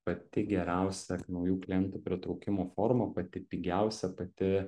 pati geriausia naujų klientų pritraukimų forma pati pigiausia pati